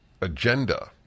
agenda